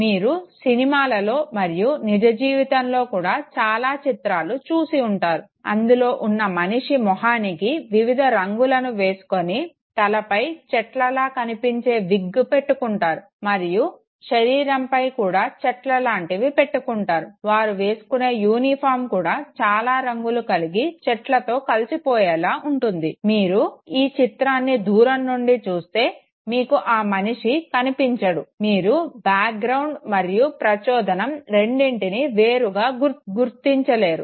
మీరు సినిమాలలో మరియు నిజ జీవీతంలో కూడా చాలా చిత్రాలను చూసి ఉంటారు అందులో ఉన్న మనిషి మొహానికి వివిధ రంగులను వేసుకొని తలపై చెట్లలా కనిపించే విగ్ పెట్టుకుంటారు మరియు శరీరంపై కూడా చెట్లలాంటివి పెట్టుకుంటారు వారు వేసుకునే యూనిఫార్మ్ కూడా చాలా రంగులు కలిగి చెట్లతో కలిసిపోయేలా ఉంటుంది మీరు ఈ చిత్రాన్ని దూరం నుండి చూస్తే మీకు ఆ మనిషి కనిపించాడు మీరు బ్యాక్ గ్రౌండ్ మరియు ప్రచోదనం రెండిటినీ వేరుగా గుర్తించలేరు